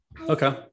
Okay